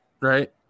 right